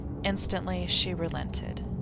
instantly she relented.